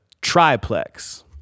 triplex